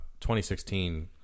2016